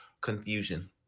confusion